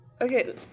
Okay